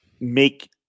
make